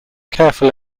careful